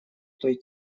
той